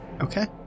Okay